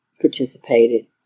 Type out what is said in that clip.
participated